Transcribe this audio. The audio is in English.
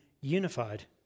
unified